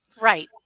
right